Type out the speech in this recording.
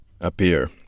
Appear